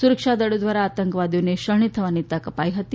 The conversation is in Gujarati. સુરક્ષા દળો દ્વારા આંતકવાદીઓને શરણે થવાની તક અપાઈ હતી